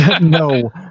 no